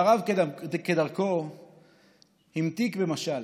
והרב כדרכו המתיק במשל.